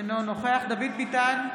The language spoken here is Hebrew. אינו נוכח דוד ביטן,